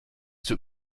tut